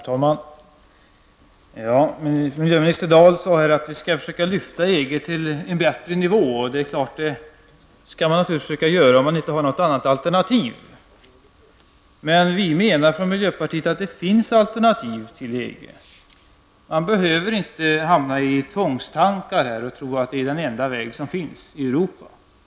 Herr talman! Miljöminister Dahl sade att vi skall försöka lyfta EG till en bättre nivå. Det skall man naturligtvis försöka göra om man inte har något annat alternativ. Vi menar från miljöpartiet att det finns alternativ till EG. Man behöver inte hamna i ''tvångstankar'' och tro att EG är den enda väg som finns i Europa.